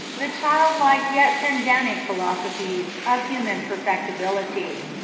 the childlike yet pedantic philosophies of human perfectibility.